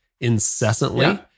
incessantly